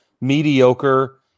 mediocre